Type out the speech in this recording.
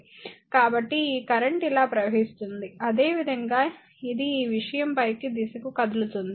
కాబట్టి ఈ కరెంట్ ఇలా ప్రవహిస్తోంది అదే విధంగా ఇది ఈ విషయం పైకి దిశగా కదులుతుంది